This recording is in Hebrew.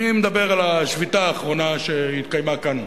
אני מדבר על השביתה האחרונה שהתקיימה כאן,